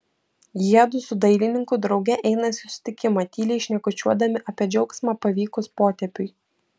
jiedu su dailininku drauge eina į susitikimą tyliai šnekučiuodami apie džiaugsmą pavykus potėpiui